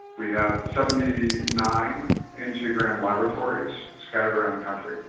we have seventy nine angiogram laboratories scattered around the country,